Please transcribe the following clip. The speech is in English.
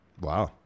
Wow